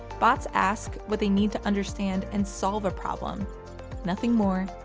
bots ask what they need to understand and solve a problem nothing more,